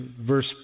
verse